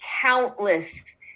countless